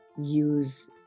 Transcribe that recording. use